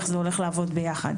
איך זה הולך לעבוד ביחד.